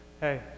Hey